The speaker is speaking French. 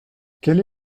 quel